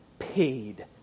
Paid